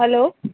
hello